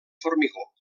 formigó